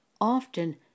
often